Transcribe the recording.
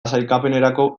sailkapenerako